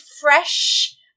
fresh